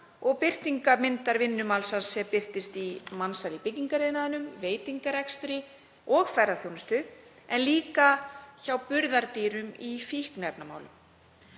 og birtingarmyndar vinnumansals sem birtist í mansali í byggingariðnaðinum, veitingarekstri og ferðaþjónustu, en líka hjá burðardýrum í fíkniefnamálum.